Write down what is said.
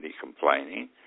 complaining